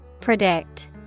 Predict